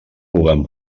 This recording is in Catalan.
puguen